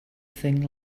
thing